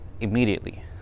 immediately